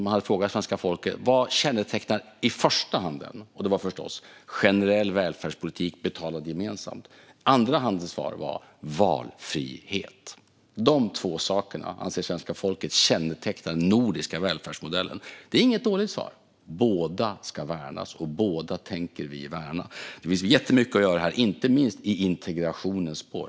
Man hade frågat svenska folket vad som i första hand kännetecknar den. Svaret var förstås: generell välfärdspolitik som betalas gemensamt. Det svar som kom i andra hand var: valfrihet. Dessa två saker anser svenska folket kännetecknar den nordiska välfärdsmodellen. Det är inget dåligt svar. Båda ska värnas, och båda tänker vi värna. Det finns jättemycket att göra här, inte minst i integrationens spår.